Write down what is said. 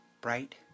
Bright